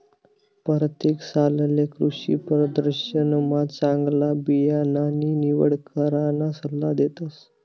परतेक सालले कृषीप्रदर्शनमा चांगला बियाणानी निवड कराना सल्ला देतस